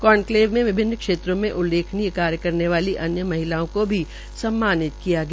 conclave में विभिन्न क्षेत्रो में उल्लेखनीय कार्य करने वाली अन्य महिलाओं को भी सम्मानित किया गया